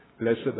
Blessed